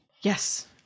Yes